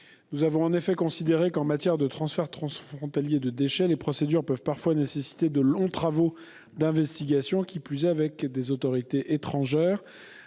Nous avons en effet considéré que, en matière de transferts transfrontaliers de déchets, les procédures peuvent parfois nécessiter de longs travaux d'investigation, qui plus est avec des autorités étrangères.